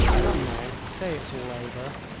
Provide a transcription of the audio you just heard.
come now, say it's all over.